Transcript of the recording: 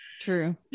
true